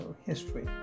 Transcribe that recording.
history